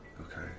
Okay